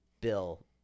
bill